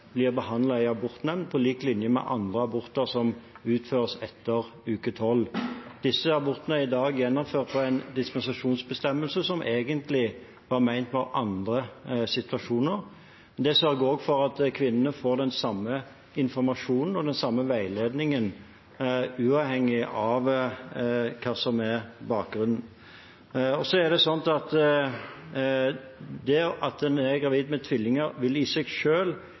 blir behandlet i en abortnemnd, på like linje med andre aborter som utføres etter uke 12. Disse abortene blir i dag gjennomført etter en dispensasjonsbestemmelse som egentlig var ment for andre situasjoner. En sørger også for at kvinnene får den samme informasjonen og den samme veiledningen, uavhengig av hva som er bakgrunnen. Det at en er gravid med tvillinger, vil i seg